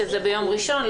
שזה ביום ראשון,